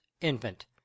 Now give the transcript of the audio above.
infant